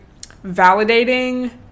validating